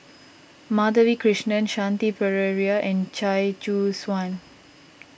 Madhavi Krishnan Shanti Pereira and Chia Choo Suan